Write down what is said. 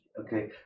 Okay